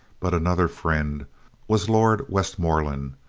but another friend was lord westmoreland,